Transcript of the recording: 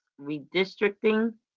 redistricting